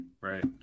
Right